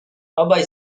obaj